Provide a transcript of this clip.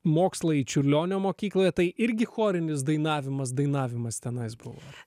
mokslai čiurlionio mokykloje tai irgi chorinis dainavimas dainavimas tenais buvo